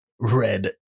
red